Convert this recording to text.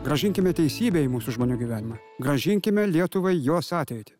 grąžinkime teisybę į mūsų žmonių gyvenimą grąžinkime lietuvai jos ateitį